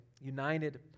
united